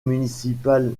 municipal